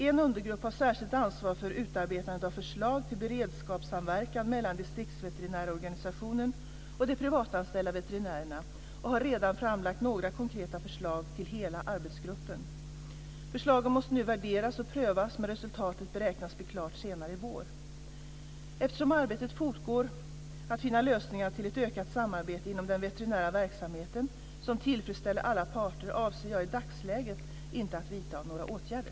En undergrupp har särskilt ansvar för utarbetande av förslag till beredskapssamverkan mellan distriktsveterinärorganisationen och de privatanställda veterinärerna och har redan framlagt några konkreta förslag till hela arbetsgruppen. Förslagen måste nu värderas och prövas, men resultatet beräknas bli klart senare i vår. Eftersom arbetet fortgår att finna lösningar till ett ökat samarbete inom den veterinära verksamheten, som tillfredsställer alla parter, avser jag i dagsläget inte att vidta några åtgärder.